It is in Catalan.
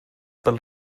pel